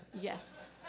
Yes